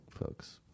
folks